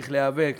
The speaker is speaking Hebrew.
צריך להיאבק